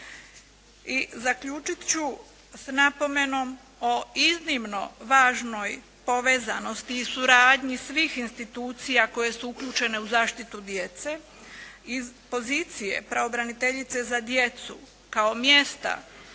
I zaključit ću s napomenom o iznimno važnoj povezanosti i suradnji svih institucija koje su uključene u zaštitu djece iz pozicije pravobraniteljice za djecu kao mjesta